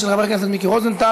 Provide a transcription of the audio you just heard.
של חבר הכנסת מיקי רוזנטל.